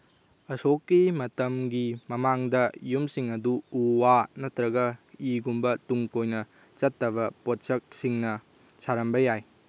ꯑꯁꯣꯛꯀꯤ ꯃꯇꯝꯒꯤ ꯃꯃꯥꯡꯗ ꯌꯨꯝꯁꯤꯡ ꯑꯗꯨ ꯎ ꯋꯥ ꯅꯠꯇ꯭ꯔꯒ ꯏꯒꯨꯝꯕ ꯇꯨꯡ ꯀꯣꯏꯅ ꯆꯠꯇꯕ ꯄꯣꯠꯆꯛꯁꯤꯡꯅ ꯁꯥꯔꯝꯕ ꯌꯥꯏ